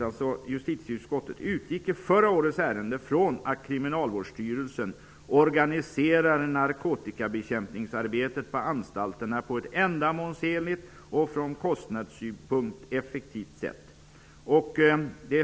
Där står: ''Utskottet utgick i förra årets ärende från att KVS organiserar narkotikabekämpningsarbetet på anstalterna på ett ändamålsenligt och från kostnadssynpunkt effektivt sätt --.''